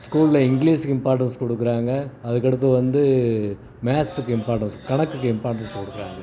ஸ்கூலில் இங்கிலீஸுக்கு இம்பார்ட்டன்ஸ் கொடுக்குறாங்க அதுக்கடுத்தது வந்து மேக்ஸுக்கு இம்பார்ட்டன்ஸ் கணக்குக்கு இம்பார்ட்டன்ஸ் கொடுக்குறாங்க